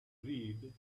read